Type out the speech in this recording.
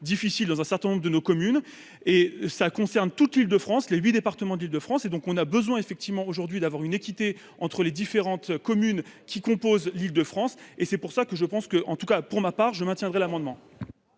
difficiles, dans un certain nombre de nos communes et ça concerne toute l'Île-de-France, les 8 départements d'Île-de-France, et donc on a besoin effectivement aujourd'hui d'avoir une équité entre les différentes communes qui composent l'Île de France et c'est pour ça que je pense que, en tout cas pour ma part je maintiendrai l'amendement.